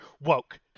woke